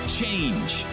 change